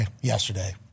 yesterday